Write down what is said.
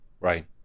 Right